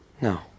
No